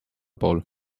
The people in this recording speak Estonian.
pool